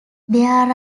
there